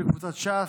של קבוצת סיעת ש"ס,